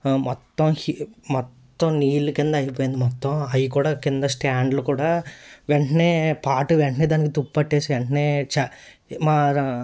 మొత్తం హీ మొత్తం నీళ్ళు కింద అయిపోయింది మొత్తం అయి కూడా కింద స్టాండ్లు కూడా వెంటనే పార్టు వెంటనే దానికి తుప్పట్టేసి వెంటనే ఛా మా